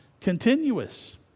continuous